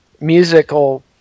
musical